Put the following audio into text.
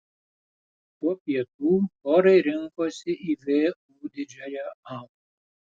po pietų chorai rinkosi į vu didžiąją aulą